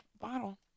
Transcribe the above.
bottle